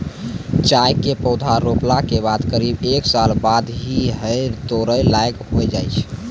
चाय के पौधा रोपला के बाद करीब एक साल बाद ही है तोड़ै लायक होय जाय छै